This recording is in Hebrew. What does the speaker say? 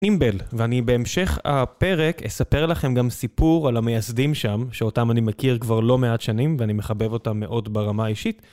נימבל, ואני בהמשך הפרק אספר לכם גם סיפור על המייסדים שם, שאותם אני מכיר כבר לא מעט שנים ואני מחבב אותם מאוד ברמה האישית.